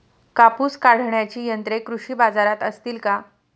कापूस काढण्याची यंत्रे कृषी बाजारात असतील का?